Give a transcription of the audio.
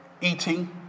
eating